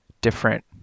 different